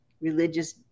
religious